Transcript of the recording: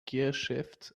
gearshifts